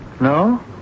No